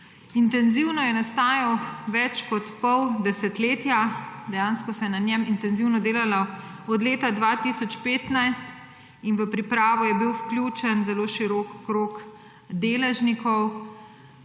Intenzivno je nastajal več kot pol desetletja. Dejansko se je na njem intenzivno delalo od leta 2015 in v pripravo je bil vključen zelo širok krog deležnikov.